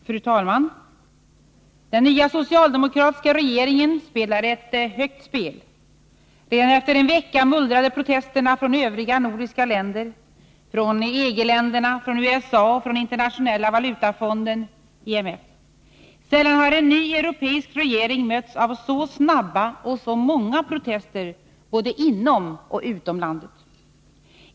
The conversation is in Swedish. Fru talman! Den nya socialdemokratiska regeringen spelar ett högt spel. Redan efter en vecka mullrade protesterna från övriga nordiska länder, från EG-länderna, från USA och från Internationella valutafonden, IMF. Sällan har en ny europeisk regering mötts av så snabba och många protester både inom och utom landet.